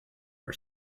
our